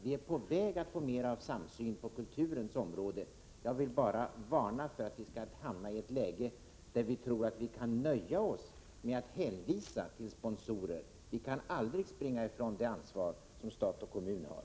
Vi är på väg att få mera av samsyn på kulturens område. Jag vill bara varna för att vi skall hamna i ett läge där vi tror att vi kan nöja oss med att hänvisa till sponsorer. Vi kan aldrig springa ifrån det ansvar som stat och kommun har.